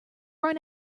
run